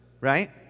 right